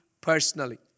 personally